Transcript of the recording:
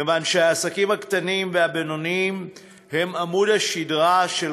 כיוון שהעסקים הקטנים והבינוניים הם עמוד השדרה של